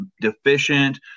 deficient